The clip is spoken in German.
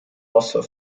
wasser